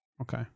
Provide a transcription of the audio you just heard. Okay